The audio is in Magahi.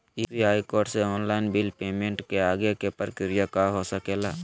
यू.पी.आई कोड से ऑनलाइन बिल पेमेंट के आगे के प्रक्रिया का हो सके ला?